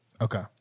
Okay